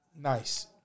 nice